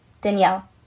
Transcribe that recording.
Danielle